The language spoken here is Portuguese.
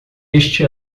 este